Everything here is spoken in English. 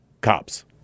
Cops